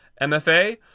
MFA